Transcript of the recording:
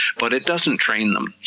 but it doesn't train them,